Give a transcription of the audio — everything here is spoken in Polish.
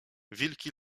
wilki